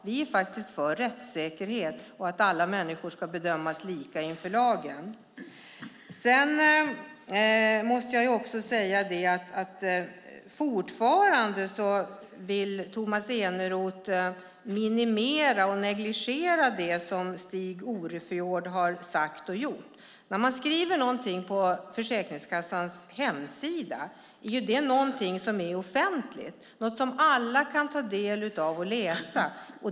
Vi är för rättssäkerhet och för att alla människor ska bedömas lika inför lagen. Fortfarande vill Tomas Eneroth negligera det som Stig Orefjord har sagt och gjort. När man skriver någonting på Försäkringskassans hemsida är det offentligt, något som alla kan ta del av och läsa.